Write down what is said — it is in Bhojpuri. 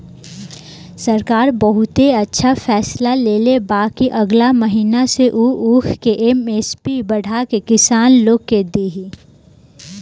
सरकार बहुते अच्छा फैसला लेले बा कि अगिला महीना से उ ऊख के एम.एस.पी बढ़ा के किसान लोग के दिही